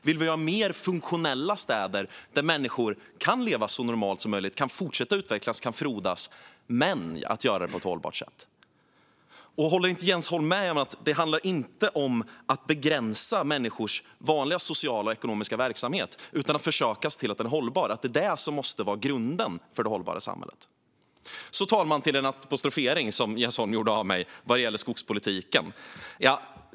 Vi vill ha mer funktionella städer där människor kan leva så normalt som möjligt och fortsätta utveckla och frodas, men vi vill göra det på ett hållbart sätt. Håller inte Jens Holm med om att det inte handlar om att begränsa människors vanliga sociala och ekonomiska verksamhet utan om att försöka se till att den är hållbar, det vill säga att det måste vara grunden för det hållbara samhället? Jag går över till den apostrofering som Jens Holm gjorde av mig gällande skogspolitiken, herr talman.